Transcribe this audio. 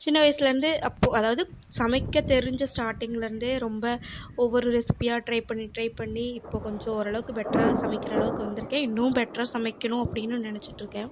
சின்ன வயதில இருந்து அப்போ அதாவது சமைக்க தெரிஞ்ச ஸ்டார்டிங்ல இருந்தே ரொம்ப ஒவ்வொரு ரெசிபியாக ட்ரை பண்ணி ட்ரை பண்ணி இப்போது கொஞ்சம் ஓரளவுக்கு பெட்டரா சமைக்கிற அளவுக்கு வந்திருக்கேன் இன்னமும் பெட்டராக சமைக்கணும் அப்படின்னு நினைச்சிட்டு இருக்கேன்